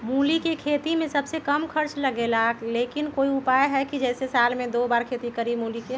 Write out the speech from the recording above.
मूली के खेती में सबसे कम खर्च लगेला लेकिन कोई उपाय है कि जेसे साल में दो बार खेती करी मूली के?